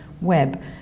web